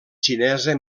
xinesa